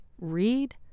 read